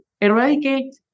eradicate